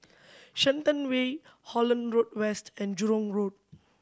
Shenton Way Holland Road West and Jurong Road